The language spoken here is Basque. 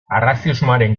arrazismoaren